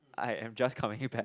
I am just coming back